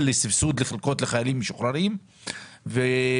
לסבסוד חלקות לחיילים משוחררים ובנוסף